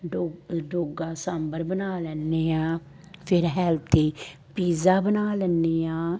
dog ਡੋਗਾ ਸਾਂਬਰ ਬਣਾ ਲੈਂਦੇ ਹਾਂ ਫਿਰ ਹੈਲਥੀ ਪੀਜ਼ਾ ਬਣਾ ਲੈਂਦੇ ਹਾਂ